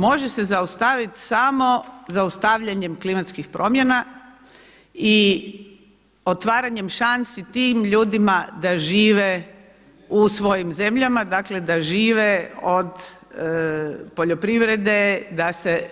Može se zaustavit samo zaustavljanjem klimatskih promjena i otvaranjem šansi tim ljudima da žive u svojim zemljama, dakle da žive od poljoprivrede, da se